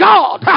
God